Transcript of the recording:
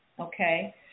okay